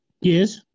Yes